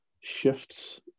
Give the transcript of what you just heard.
shifts